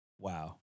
Wow